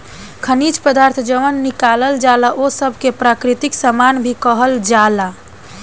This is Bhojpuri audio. खनिज पदार्थ जवन निकालल जाला ओह सब के प्राकृतिक सामान भी कहल जाला